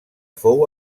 fou